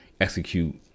execute